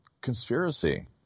conspiracy